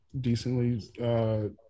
decently